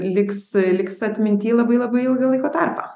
liks liks atminty labai labai ilgą laiko tarpą